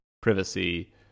privacy